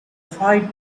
fight